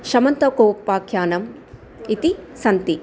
शमन्तकोपाख्यानम् इति सन्ति